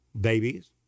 babies